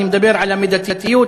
אני מדבר על המידתיות,